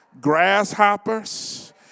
grasshoppers